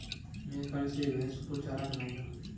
मैं कल से भैस को चारा खिलाऊँगा